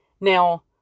Now